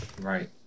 Right